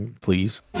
please